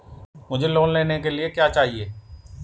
मुझे लोन लेने के लिए क्या चाहिए?